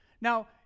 Now